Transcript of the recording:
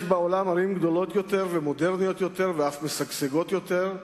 יש בעולם ערים גדולות יותר ומודרניות יותר ואף משגשגות יותר,